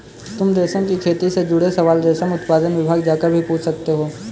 तुम रेशम की खेती से जुड़े सवाल रेशम उत्पादन विभाग जाकर भी पूछ सकते हो